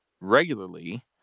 regularly